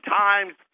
times